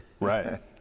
right